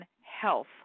Health